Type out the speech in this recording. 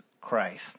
Christ